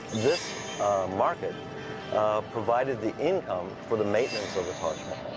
this market provided the income for the maintenance of the taj